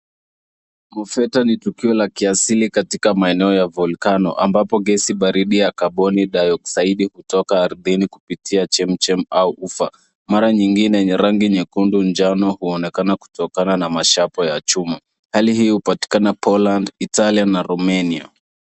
Mofeta ni tukio la kiasili katika maeneo ya volcano ambapo gesi baridi ya carbon dioxide hutoka ardhini kupitia chemchem au ufa. Mara nyingi yenye rangi nyekundu njano huonekana kutokana na mashapo ya chuma. Hali hii hupatikana Poland, Italia na Romania .